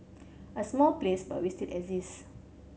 a small place but we still exist